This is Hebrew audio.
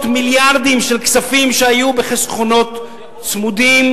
מיליארדים של כספים שהיו בחסכונות צמודים,